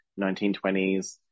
1920s